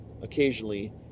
occasionally